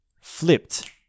flipped